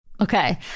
Okay